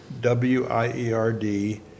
W-I-E-R-D